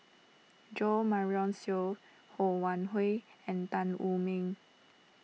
Jo Marion Seow Ho Wan Hui and Tan Wu Meng